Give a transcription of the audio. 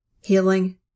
healing